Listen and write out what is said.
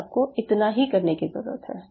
बस आपको इतना ही करने की ज़रूरत है